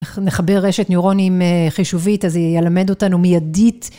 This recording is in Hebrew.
נחבר רשת ניורונים חישובית, אז היא ילמד אותנו מיידית.